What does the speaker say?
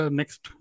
next